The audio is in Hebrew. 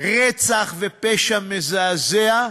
רצח ופשע מזעזע.